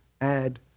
add